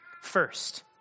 First